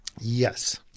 Yes